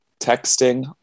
texting